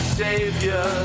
savior